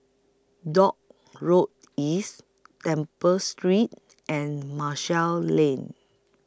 Dock Road East Temple Street and Marshall Lane